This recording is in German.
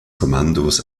kommandos